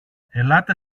ελάτε